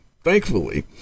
Thankfully